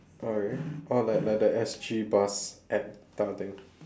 oh really like that that S_G bus app type of thing